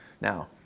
Now